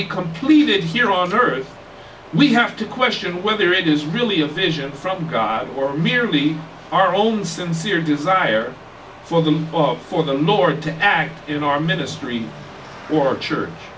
be completed here on earth we have to question whether it is really a vision from god or merely our own sincere desire for them for the lord to act in our ministry or ch